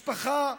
הייתה משפחה שהיא,